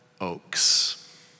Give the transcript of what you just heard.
oaks